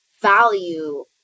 value